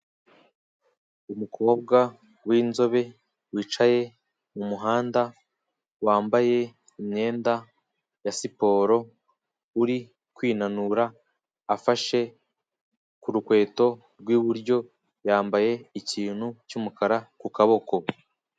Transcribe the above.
Umukobwa w'inzobe wicaye mu muhanda wambaye imyenda ya siporo, uri kwinanura afashe ku rukweto rw'iburyo yambaye ikintu cy'umukara ku kuboko.